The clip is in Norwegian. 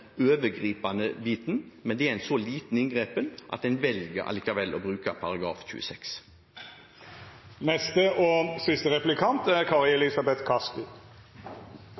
overgripende biten, men det er en så liten inngripen at en allikevel velger å bruke § 26.